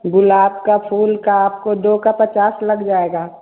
गुलाब का फूल के आपको दो का पचास लग जाएगा